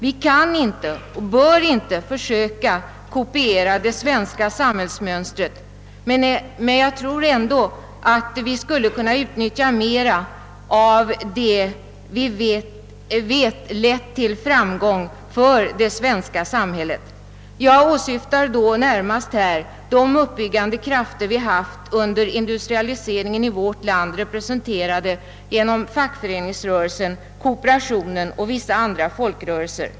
Vi kan inte och bör inte försöka kopiera det svenska samhällsmönstret, men vi skulle ändå kunna utnyttja mera av det vi vet har lett till framgång för det svenska samhället; jag åsyftar närmast de uppbyggande krafter som verkat under industrialiseringen i vårt land, representerade av fackföreningsrörelsen, kooperationen och vissa andra folkrörelser.